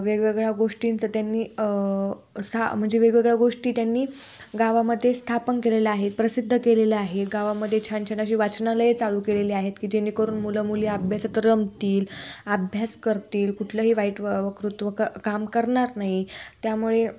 वेगवेगळ्या गोष्टींचं त्यांनी सा म्हणजे वेगवेगळ्या गोष्टी त्यांनी गावामध्येे स्थापन केलेलं आहेत प्रसिद्ध केलेलं आहे गावामध्ये छान छान अशी वाचनालयं चालू केलेली आहेत की जेणेकरून मुलं मुली अभ्यासात तर रमतील अभ्यास करतील कुठलंही वाईट व वकृत्व क काम करनार नाही त्यामुळे